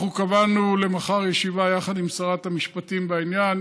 אנחנו קבענו למחר ישיבה יחד עם שרת המשפטים בעניין,